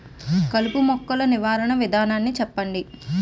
కలుపు మొక్కలు నివారణ విధానాన్ని చెప్పండి?